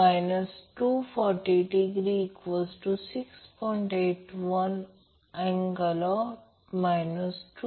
म्हणून I a I b I c I a Ia angle 120° I a angle 120° 0